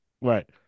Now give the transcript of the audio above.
right